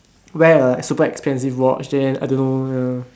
wear a super expensive watch then I don't know ya